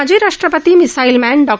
माजी राष्ट्रपती missile man डॉ